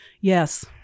Yes